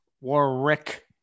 Warwick